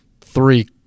three